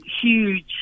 huge